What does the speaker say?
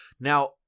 Now